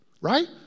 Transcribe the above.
right